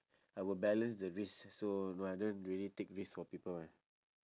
I will balance the risks so no I don't really take risk for people [one]